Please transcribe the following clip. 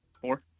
Four